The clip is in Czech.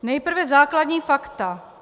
Nejprve základní fakta.